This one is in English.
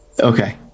Okay